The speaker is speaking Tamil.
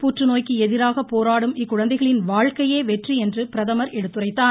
புற்றுநோய்க்கு எதிராக போராடும் இக்குழந்தைகளின் வாழ்க்கையே வெற்றி என்று பிரதமர் எடுத்துரைத்தார்